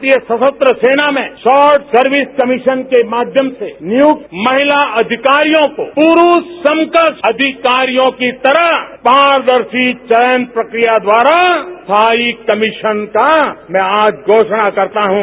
भारतीय सशस्त्र सेना में शार्ट सर्विस कमीशन के माध्यम से नियुक्त महिला अधिकारियों को पुरूष अधिकारियों को तरह पारदर्शी चयन प्रक्रिया द्वारा हाई कमीचान का मैं आज घोषणा करता हूं